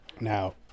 Now